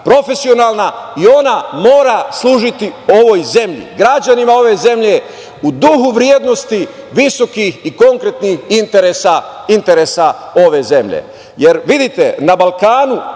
profesionalna i ona mora služiti ovoj zemlji, građanima ove zemlje u duhu vrednosti visokih i konkretnih interesa ove zemlje. Vidite, na Balkanu